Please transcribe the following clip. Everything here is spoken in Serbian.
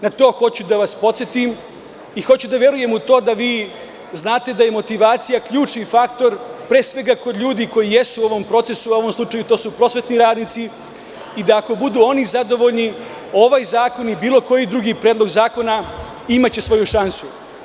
Na to hoću da vas podsetim i hoću da verujem u to da vi znate da je motivacija ključni faktor pre svega kod ljudi koji jesu u ovom procesu, a u ovom slučaju to su prosvetni radnici i ako budu oni zadovoljni ovaj zakon i bilo koji drugi predlog zakona imaće svoju šansu.